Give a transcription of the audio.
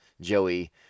Joey